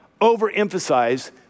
overemphasize